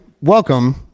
Welcome